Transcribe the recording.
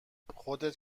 خودت